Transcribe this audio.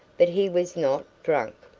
but he was not drunk.